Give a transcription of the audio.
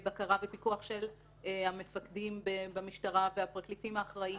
הוא כפוף לבקרה ופיקוח של המפקדים במשטרה והפרקליטים האחרים בפרקליטות.